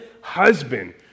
husband